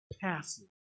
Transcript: passive